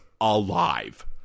alive